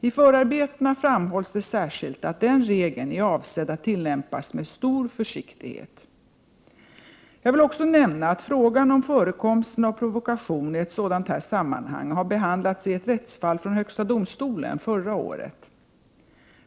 I förarbetena framhålls det särskilt att den regeln är avsedd att tillämpas med stor försiktighet. Jag vill också nämna att frågan om förekomsten av provokation i ett sådant här sammanhang har behandlats i ett rättsfall från högsta domstolen förra året.